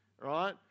right